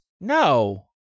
No